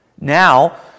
Now